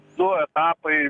su etapais